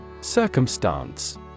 Circumstance